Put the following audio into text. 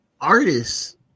artists